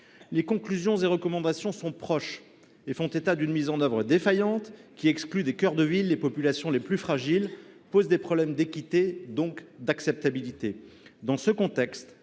Les conclusions et recommandations de ces deux rapports sont proches et font état d’une mise en œuvre défaillante, qui exclut des cœurs de ville les populations les plus fragiles, ce qui pose des problèmes d’équité et donc d’acceptabilité. Dans ce contexte,